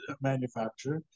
manufacturer